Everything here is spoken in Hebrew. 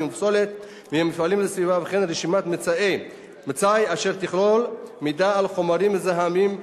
ופסולת ממפעלים לסביבה וכן רשימת מצאי אשר תכלול מידע על חומרים מזהמים,